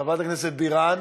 חברת הכנסת בירן,